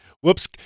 whoops